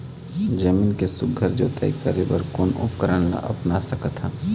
जमीन के सुघ्घर जोताई करे बर कोन उपकरण ला अपना सकथन?